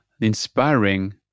inspiring